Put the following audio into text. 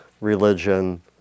religion